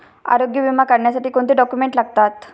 आरोग्य विमा काढण्यासाठी कोणते डॉक्युमेंट्स लागतात?